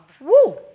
Woo